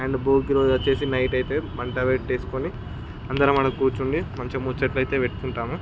and Bhogi రోజు వచ్చి night అయితే మంట పెట్టుకొని అందరం మనం కూర్చోని మంచిగా ముచ్చట్లు అయితే పెట్టుకుంటాము